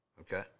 Okay